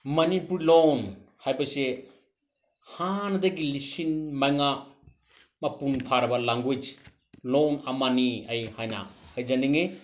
ꯃꯅꯤꯄꯨꯔ ꯂꯣꯟ ꯍꯥꯏꯕꯁꯦ ꯍꯥꯟꯅꯗꯒꯤ ꯂꯤꯁꯤꯡ ꯃꯉꯥ ꯃꯄꯨꯡ ꯐꯥꯔꯕ ꯂꯦꯡꯒ꯭ꯋꯦꯖ ꯂꯣꯜ ꯑꯃꯅꯤ ꯑꯩ ꯍꯥꯏꯅ ꯍꯥꯏꯖꯅꯤꯡꯉꯤ